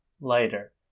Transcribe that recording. lighter